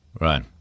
Right